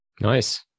Nice